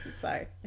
Sorry